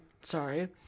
sorry